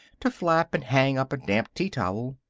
to flap and hang up a damp tea towel.